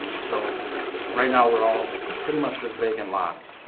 so right now we're all pretty much just vacant lots,